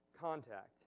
contact